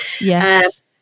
yes